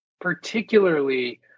particularly